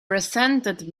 resented